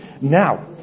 Now